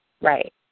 Right